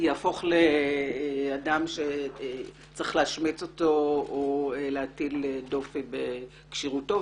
יהפוך לאדם שצריך להשמיץ אות או להטיל דופי בכשירותו,